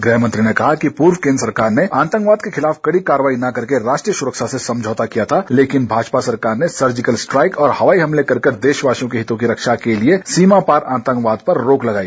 गृहमंत्री ने कहा कि पूर्व केन्द्र सरकार ने आतंकवाद के खिलाफ कड़ी कार्रवाई न करके राष्ट्रीय सुरक्षा से समझौता किया था लेकिन भाजपा सरकार ने सर्जिकल स्ट्राइक और हवाई हमले करके देशवासियों के हितों की रक्षा के लिए सीमा पार आतंकवाद पर रोक लगाई